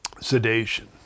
sedation